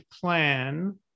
plan